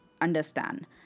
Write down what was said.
understand